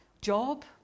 job